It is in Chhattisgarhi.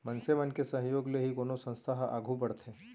मनसे मन के सहयोग ले ही कोनो संस्था ह आघू बड़थे